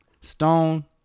Stone